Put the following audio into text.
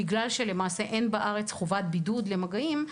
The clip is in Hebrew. בגלל שלמעשה אין חובת בידוד למגעים,